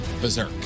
berserk